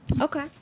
Okay